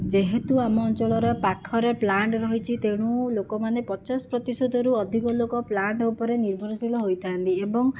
ଯେହେତୁ ଆମ ଅଞ୍ଚଳର ପାଖରେ ପ୍ଳାଣ୍ଟ ରହିଛି ତେଣୁ ଲୋକମାନେ ପଚାଶ ପ୍ରତିଶତରୁ ଅଧିକ ଲୋକ ପ୍ଳାଣ୍ଟ ଉପରେ ନିର୍ଭରଶୀଳ ହୋଇଥାନ୍ତି ଏବଂ